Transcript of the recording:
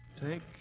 Take